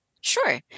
Sure